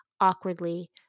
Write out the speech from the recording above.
awkwardly